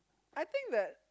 I think that